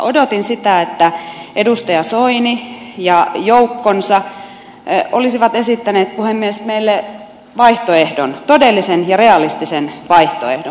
odotin sitä että edustaja soini ja joukkonsa olisivat esittäneet puhemies meille vaihtoehdon todellisen ja realistisen vaihtoehdon